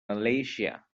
malaysia